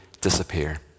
disappear